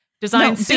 design